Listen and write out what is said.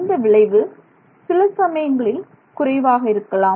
இந்த விளைவு சில சமயங்களில் குறைவாக இருக்கலாம்